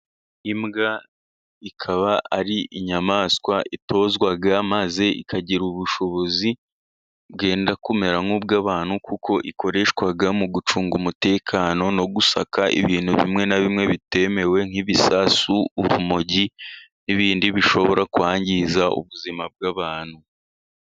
Imbwa ikaba ari inyamaswa itozwa, maze ikagira ubushobozi bwenda kumera nk'ubw'abantu, kuko ikoreshwa mu gucunga umutekano no gusaka ibintu, bimwe na bimwe bitemewe nk'ibisasu, urumogi n'ibindi bishobora kwangiza ubuzima bw'abantu.